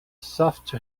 soft